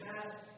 past